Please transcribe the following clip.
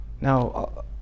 Now